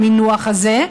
המינוח הזה,